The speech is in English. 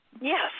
yes